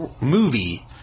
movie